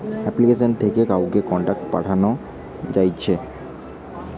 application থেকে কাউকে contact পাঠানো যাতিছে